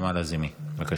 חברת הכנסת נעמה לזימי, בבקשה.